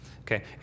Okay